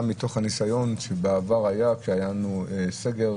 גם מתוך הניסיון שהיה בעבר כשהיה לנו סגר